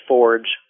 Forge